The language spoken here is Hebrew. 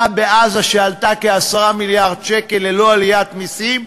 בעזה שעלתה כ-10 מיליארד שקל ללא עליית מסים,